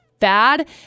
fad